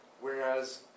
Whereas